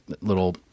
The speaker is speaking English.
little